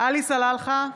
עלי סלאלחה,